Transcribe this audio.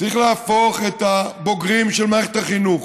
צריך להפוך את הבוגרים של מערכת החינוך